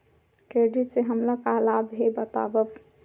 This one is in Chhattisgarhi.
क्रेडिट से हमला का लाभ हे बतावव?